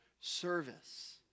service